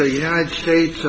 the united states